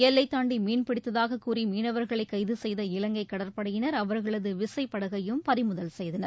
எல்லை தாண்டி மீன்பிடித்ததாகக் கூறி மீனவர்களை கைது செய்த இலங்கை கடற்படையினர் அவர்களது விசைப்படகையும் பறிமுதல் செய்தனர்